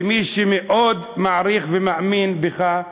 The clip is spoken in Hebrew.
כמי שמאוד מעריך, ומאמין בך: